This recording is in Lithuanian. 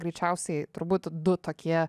greičiausiai turbūt du tokie